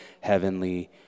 heavenly